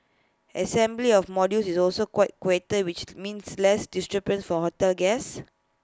assembly of the modules is also quieter which means less disturbance for hotel guests